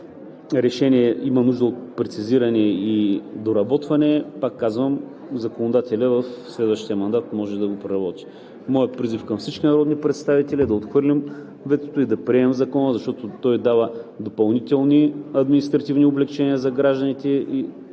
решение има нужда от прецизиране и доработване, пак казвам, законодателят в следващия мандат може да го преработи. Моят призив към всички народни представители е да отхвърлим ветото и да приемем Закона, защото той дава допълнителни административни облекчения за гражданите и